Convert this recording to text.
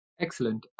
Excellent